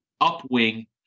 upwing